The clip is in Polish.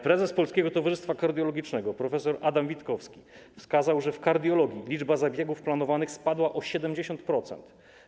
Prezes Polskiego Towarzystwa Kardiologicznego prof. Adam Witkowski wskazał, że w kardiologii liczba zabiegów planowanych spadła o 70%.